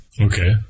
Okay